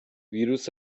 ویروس